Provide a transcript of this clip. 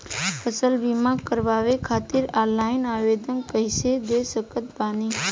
फसल बीमा करवाए खातिर ऑनलाइन आवेदन कइसे दे सकत बानी?